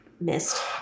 missed